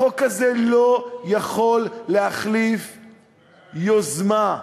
החוק הזה לא יכול להחליף יוזמה,